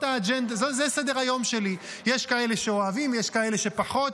זה סדר-היום שלי, יש כאלה שאוהבים, יש כאלה שפחות.